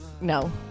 No